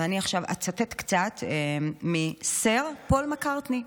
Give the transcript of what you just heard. ואני עכשיו אצטט קצת את סר פול מקרטני,